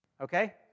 okay